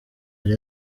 yari